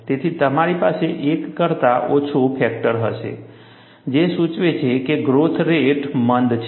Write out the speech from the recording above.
તેથી તમારી પાસે 1 કરતા ઓછું ફેક્ટર હશે જે સૂચવે છે કે ગ્રોથ રેટ મંદ છે